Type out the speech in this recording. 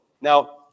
Now